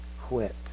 quit